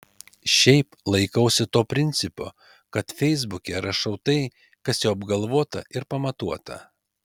šiaip laikausi to principo kad feisbuke rašau tai kas jau apgalvota ir pamatuota